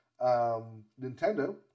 Nintendo